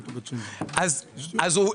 תגיד לי,